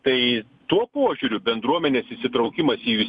tai tuo požiūriu bendruomenės įsitraukimas į